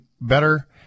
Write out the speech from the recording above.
better